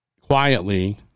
quietly –